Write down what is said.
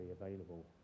available